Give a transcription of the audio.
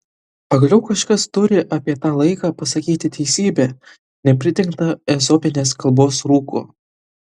pagaliau kažkas turi apie tą laiką pasakyti teisybę nepridengtą ezopinės kalbos rūku